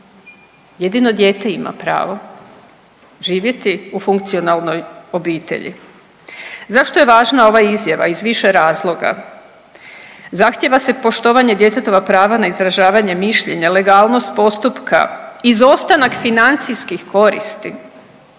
Jedino dijete ima pravo živjeti u funkcionalnoj obitelji. Zašto je važna ova izjava? Iz više razloga. Zahtijeva se poštovanje djetetova prava na izražavanje mišljenja, legalnost postupka, izostanak financijskih koristi,